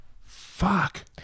Fuck